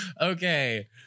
Okay